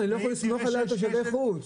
אבל אני לא יכול לסמוך על תושבי חוץ.